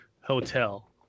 hotel